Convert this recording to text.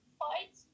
fight